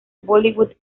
bollywood